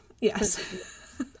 Yes